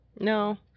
No